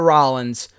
Rollins